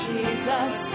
Jesus